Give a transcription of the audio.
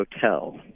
Hotel